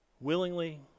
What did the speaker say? Willingly